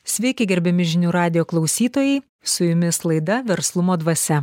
sveiki gerbiami žinių radijo klausytojai su jumis laida verslumo dvasia